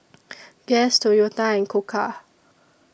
Guess Toyota and Koka